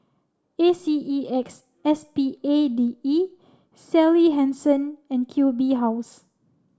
A C E X S P A D E Sally Hansen and Q B House